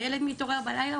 הילד מתעורר בלילה,